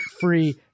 free